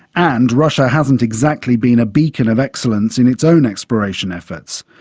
and russia hasn't exactly been a beacon of excellence in its own exploration efforts.